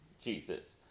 Jesus